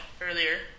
earlier